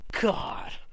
God